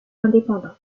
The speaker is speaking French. indépendant